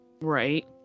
right